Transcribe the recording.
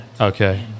Okay